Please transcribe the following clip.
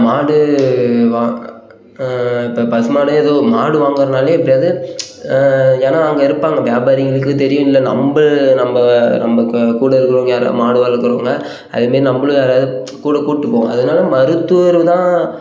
மாடு வா இப்போ பசு மாடு ஏதோ மாடு வாங்கறதுனாலே எப்படியாவது ஏன்னா அங்கே இருப்பாங்க வியாபாரிகளுக்கு தெரியும் இல்லை நம்ம நம்ம நம்ம க கூட இருக்கிறவங்க யாராவது மாடு வளக்கிறவங்க அதே மாரி நம்மளும் யாராவது கூட கூப்பிட்டு போகணும் அதனால மருத்துவர் தான்